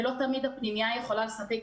לא תמיד הפנימייה יכולה לספק